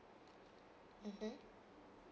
(uh huh)